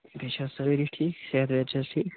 چھےٚ سٲری ٹھیٖک صحت وحت چھِ حظ ٹھیٖک